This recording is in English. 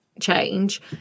change